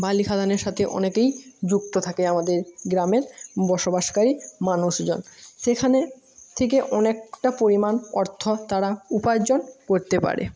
বালি খাদানের সাথে অনেকেই যুক্ত থাকে আমাদের গ্রামের বসবাসকারী মানুষজন সেখানে থেকে অনেকটা পরিমাণ অর্থ তারা উপার্জন করতে পারে